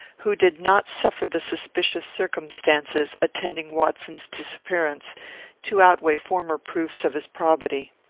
who did not suffer the suspicious circumstances attending watson's disappearance to outweigh former proofs of his probity.